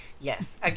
Yes